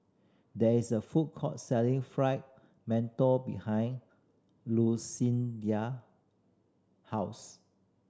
there is a food court selling Fried Mantou behind house